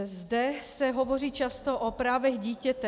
Zde se hovoří často o právech dítěte.